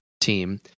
team